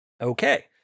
okay